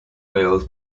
wheels